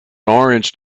orange